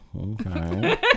okay